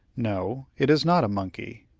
no, it is not a monkey.